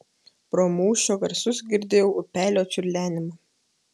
pro mūšio garsus girdėjau upelio čiurlenimą